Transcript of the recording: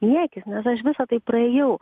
niekis nes aš visa tai praėjau